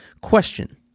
Question